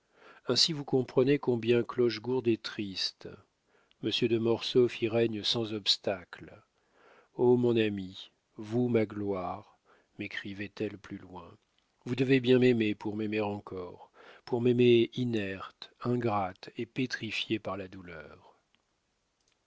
ainsi vous comprenez combien clochegourde est triste monsieur de mortsauf y règne sans obstacle o mon ami vous ma gloire mécrivait elle plus loin vous devez bien m'aimer pour m'aimer encore pour m'aimer inerte ingrate et pétrifiée par la douleur